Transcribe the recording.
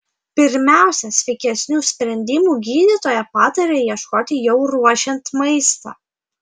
pirmiausia sveikesnių sprendimų gydytoja pataria ieškoti jau ruošiant maistą